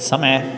समय